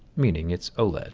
meaning it's oled.